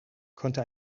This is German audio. konnte